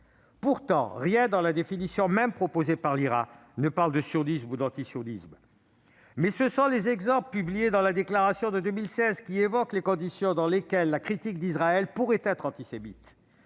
Pourtant, rien dans la définition même proposée par l'IHRA ne parle de sionisme ou d'antisionisme. Ce sont les exemples publiés dans la déclaration de 2016 qui évoquent les conditions dans lesquelles la critique d'Israël pourrait être antisémite.